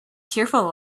cheerful